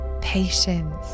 patience